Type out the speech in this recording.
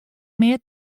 mear